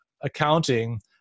accounting